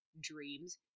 dreams